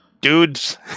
dudes